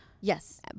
Yes